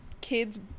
kids